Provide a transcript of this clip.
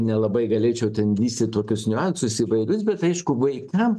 nelabai galėčiau ten lįst į tokius niuansus įvairius bet aišku vaikam